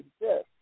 exist